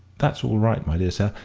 that's all right, my dear sir,